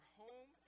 home